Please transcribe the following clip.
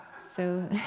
so